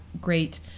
great